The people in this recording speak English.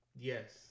Yes